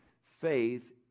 Faith